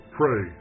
pray